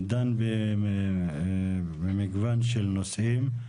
דן במגוון של נושאים.